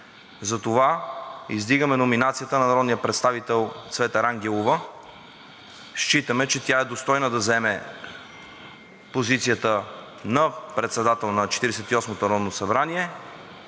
затова издигаме номинацията на народния представител Цвета Рангелова. Считаме, че тя е достойна да заеме позицията на председател на Четиридесет